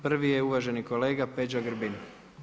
Prvi je uvaženi kolega Peđa Grbin.